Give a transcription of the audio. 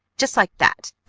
just like that!